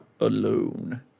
alone